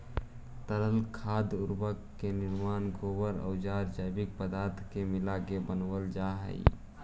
तरल खाद उर्वरक के निर्माण गोबर औउर जैविक पदार्थ के मिलाके बनावल जा हई